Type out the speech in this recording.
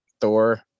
Thor